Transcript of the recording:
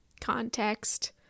context